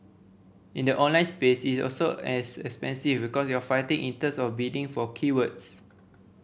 in the online space it's also as expensive because you're fighting in terms of bidding for keywords